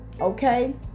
Okay